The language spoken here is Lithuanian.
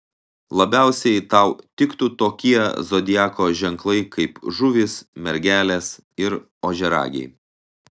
labiausiai tau tiktų tokie zodiako ženklai kaip žuvys mergelės ir ožiaragiai